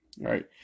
right